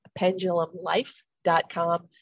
PendulumLife.com